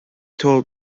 told